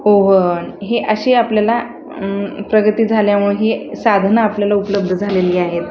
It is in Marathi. ओव्हन हे अशी आपल्याला प्रगती झाल्यामुळे ही साधनं आपल्याला उपलब्ध झालेली आहेत